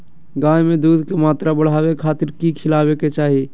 गाय में दूध के मात्रा बढ़ावे खातिर कि खिलावे के चाही?